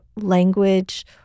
language